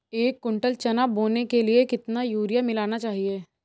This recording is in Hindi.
एक कुंटल चना बोने के लिए कितना यूरिया मिलाना चाहिये?